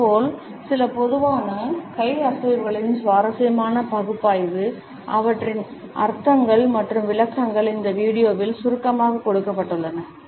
இதேபோல் சில பொதுவான கை அசைவுகளின் சுவாரஸ்யமான பகுப்பாய்வு அவற்றின் அர்த்தங்கள் மற்றும் விளக்கங்கள் இந்த வீடியோவில் சுருக்கமாக கொடுக்கப்பட்டுள்ளன